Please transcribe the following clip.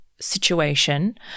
situation